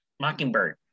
mockingbird